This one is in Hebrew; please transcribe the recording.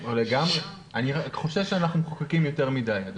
לגמרי, אני רק חושב שאנחנו מחוקקים יותר מדי.